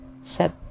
set